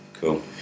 Cool